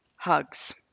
hugs